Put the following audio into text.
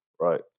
Right